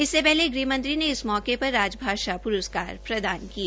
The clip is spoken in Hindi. इससे पहले गृहमंत्री ने इस मौके पर राजभाषा पुरस्कार प्रदान किए